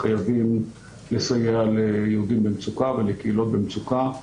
חייבים לסייע ליהודים במצוקה ולקהילות במצוקה.